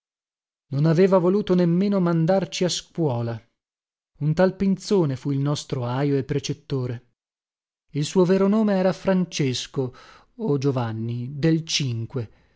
non aveva voluto nemmeno mandarci a scuola un tal pinzone fu il nostro ajo e precettore il suo vero nome era francesco o giovanni del cinque